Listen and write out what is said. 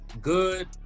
good